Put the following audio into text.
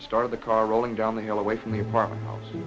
started the car rolling down the hill away from the apartment